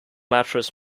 mattress